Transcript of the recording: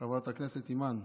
חברת הכנסת אימאן,